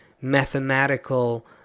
mathematical